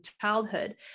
childhood